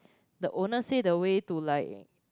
the owner say the way to like